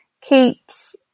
keeps